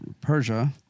Persia